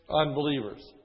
unbelievers